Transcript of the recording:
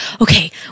okay